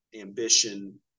ambition